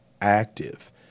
active